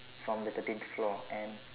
from the thirteenth floor and